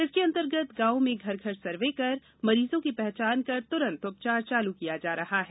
इसके अंतर्गत गाँवों में घर घर सर्वे कर मरीजों की पहचान कर त्रंत उपचार चालू किया जा रहा है